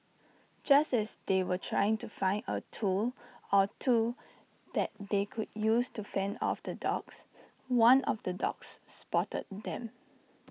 just as they were trying to find A tool or two that they could use to fend off the dogs one of the dogs spotted them